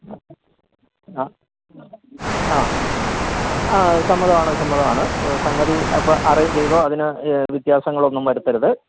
ആ ആ ആ സമ്മതമാണ് സമ്മതമാണ് സംഗതി അപ്പോള് അറേഞ്ചിയ്തോ അതിനു വ്യത്യാസങ്ങളൊന്നും വരുത്തരുത്